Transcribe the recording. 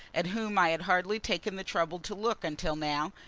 at whom i had hardly taken the trouble to look until now.